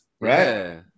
right